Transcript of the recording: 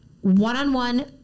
one-on-one